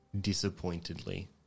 disappointedly